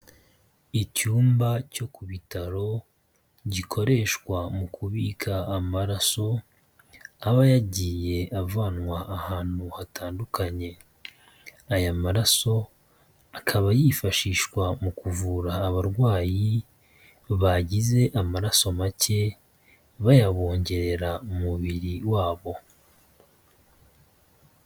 Icyumba cyo ku bitaro gikoreshwa mu kubika amaraso aba yagiye avanwa ahantu hatandukanye, aya maraso akaba yifashishwa mu kuvura abarwayi bagize amaraso make bayabongerera mu mubiri wabo.